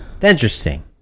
Interesting